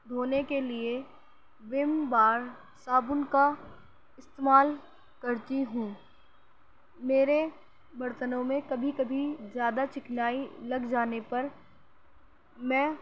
دھونے کے لیے ویم بار صابن کا استعمال کرتی ہوں میرے برتنوں میں کبھی کبھی زیادہ چکنائی لگ جانے پر میں